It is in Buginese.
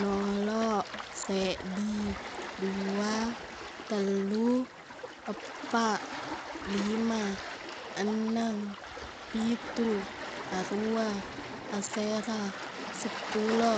Noloq seddi dua tellu eppaq lima enneng pitu aruwa asera seppulo